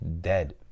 Dead